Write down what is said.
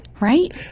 Right